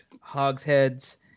hogsheads